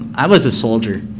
i was a soldier.